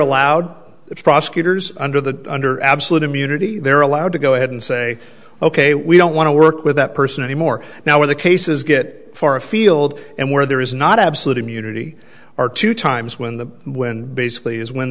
allowed the prosecutors under the under absolute immunity they're allowed to go ahead and say ok we don't want to work with that person anymore now or the cases get far afield and where there is not absolute immunity or two times when the wind basically is when